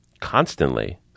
Constantly